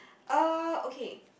uh okay